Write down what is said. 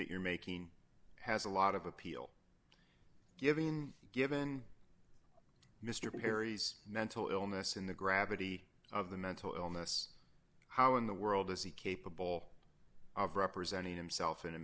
that you're making has a lot of appeal given given mr perry's mental illness in the gravity of the mental illness how in the world is he capable of representing himself in